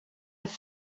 have